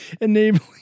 enabling